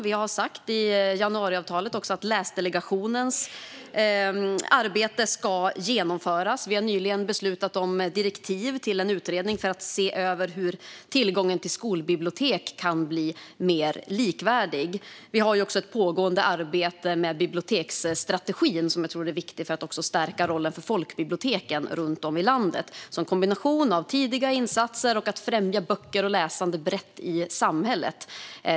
Vi har sagt också i januariavtalet att Läsdelegationens arbete ska genomföras. Vi har nyligen beslutat om direktiv till en utredning för att se över hur tillgången till skolbibliotek kan bli mer likvärdig. Det finns också ett pågående arbete med biblioteksstrategin, som är viktig för att stärka rollen för folkbiblioteken runt om i landet, det vill säga en kombination av tidiga insatser och att främja böcker och läsande brett i samhället.